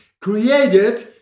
created